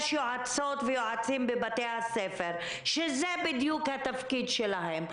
יש יועצות ויועצים בבתי הספר שזה בדיוק התפקיד שלהם.